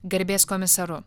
garbės komisaru